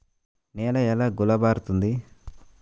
నేల ఎలా గుల్లబారుతుంది?